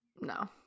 no